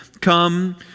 Come